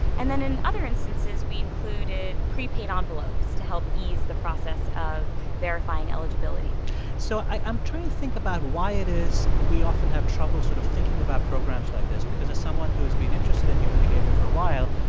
and then, in other instances, we included prepaid envelopes to help ease the process of verifying eligibility so i'm trying to think about why it is we often have trouble sort of thinking about programs like this because, as someone who has been interested in human behavior for a while,